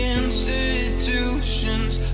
institutions